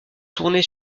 tournées